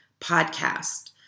podcast